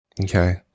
Okay